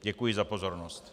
Děkuji za pozornost.